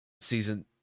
season